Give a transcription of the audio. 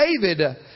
David